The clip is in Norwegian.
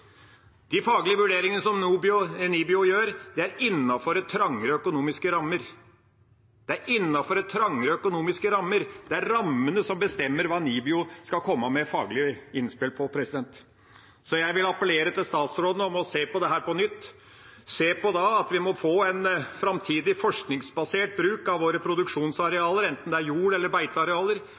De faglige vurderingene som NIBIO gjør, er innenfor trangere økonomiske rammer. Det er innenfor trangere økonomiske rammer, og det er rammene som bestemmer hva NIBIO skal komme med faglige innspill på. Så jeg vil appellere til statsråden om å se på dette på nytt, se på at vi må få en framtidig forskningsbasert bruk av våre produksjonsarealer, enten det er jord- eller beitearealer,